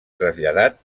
traslladat